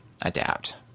adapt